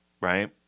right